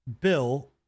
bill